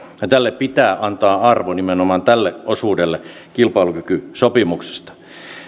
ja tälle pitää antaa arvo nimenomaan tälle osuudelle kilpailukykysopimuksesta